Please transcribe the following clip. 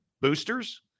boosters